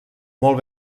molt